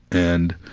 and.